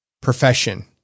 profession